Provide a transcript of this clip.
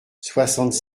soixante